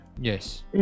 Yes